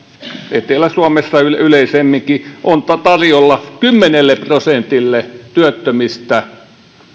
etelä suomessa yleisemminkin on tarjolla kymmenelle prosentille työttömistä